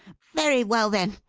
very well, then,